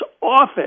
office